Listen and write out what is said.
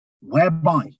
Whereby